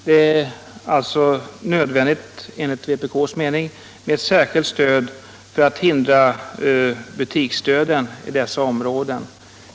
Det är alltså enligt vpk:s mening nödvändigt med särskilt stöd för att hindra butiksdöden i dessa områden.